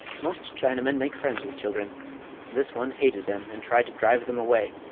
most chinamen make friends with children this one hated them and tried to drive them away.